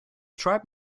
tribe